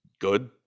good